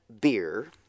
Beer